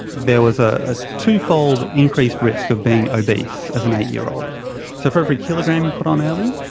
there was a two-fold increased risk of being obese as an eight-year-old. so for every kilogram you put on early,